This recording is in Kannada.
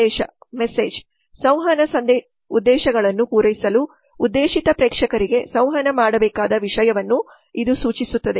ಸಂದೇಶ ಸಂವಹನ ಉದ್ದೇಶಗಳನ್ನು ಪೂರೈಸಲು ಉದ್ದೇಶಿತ ಪ್ರೇಕ್ಷಕರಿಗೆ ಸಂವಹನ ಮಾಡಬೇಕಾದ ವಿಷಯವನ್ನು ಇದು ಸೂಚಿಸುತ್ತದೆ